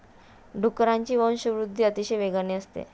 डुकरांची वंशवृद्धि अतिशय वेगवान असते